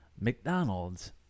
McDonald's